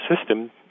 system